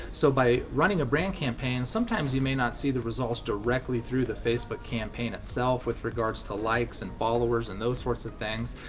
so by running a brand campaign, sometimes you may not see the results directly through the facebook campaign itself, with regards to likes and followers and those sorts of things,